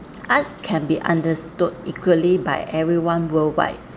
arts can be understood equally by everyone worldwide